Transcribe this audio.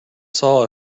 saw